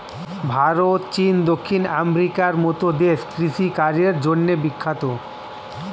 ভারত, চীন, দক্ষিণ আমেরিকার মতো দেশ কৃষি কাজের জন্যে বিখ্যাত